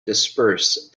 disperse